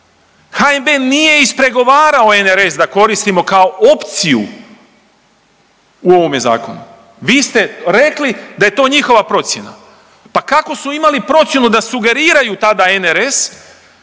HNB nije ispregovarao NRS da koristimo kao opciju u ovome zakonu, vi ste rekli da je to njihova procjena, pa kako su imali procjenu da sugeriraju tada NRS,